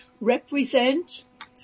represent